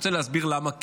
אתה רוצה להסביר למה כן.